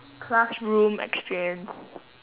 classroom experience